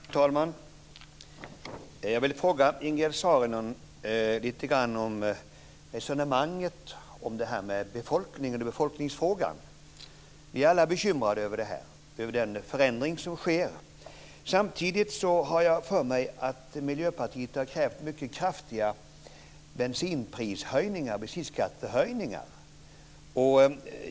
Fru talman! Jag vill fråga Ingegerd Saarinen om resonemanget om befolkningsfrågan. Vi är alla bekymrade över den förändring som sker. Samtidigt har jag för mig att Miljöpartiet har krävt mycket kraftiga bensinskattehöjningar.